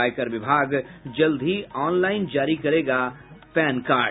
और आयकर विभाग जल्द ही ऑनलाईन जारी करेगा पैन कार्ड